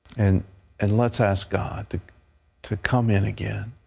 and and let's ask god to to come in again,